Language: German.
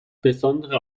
besondere